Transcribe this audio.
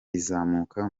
izamuka